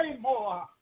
more